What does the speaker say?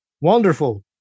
wonderful